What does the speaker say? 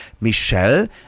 Michelle